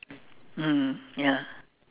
mm ya